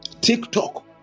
TikTok